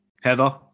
Heather